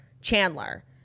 Chandler